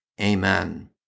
Amen